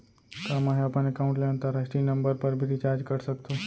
का मै ह अपन एकाउंट ले अंतरराष्ट्रीय नंबर पर भी रिचार्ज कर सकथो